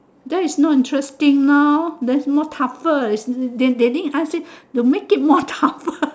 that is not interesting now that's more tougher they didn't ask you to make it more tougher